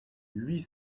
huit